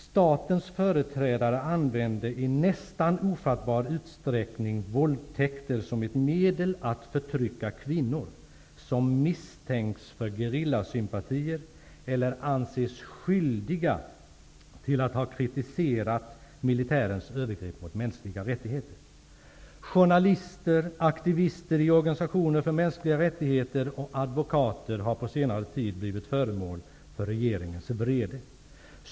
Statens företrädare använde i nästan ofattbar utsträckning våldtäkter som ett medel att förtrycka kvinnor som misstänks för gerillasympatier eller anses skyldiga till att ha kritiserat militärens övergrepp mot mänskliga rättigheter. Journalister, aktivister i organisationer för mänskliga rättigheter och advokater har på senare tid blivit föremål för regeringens vrede.